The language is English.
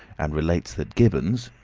and relates that gibbons,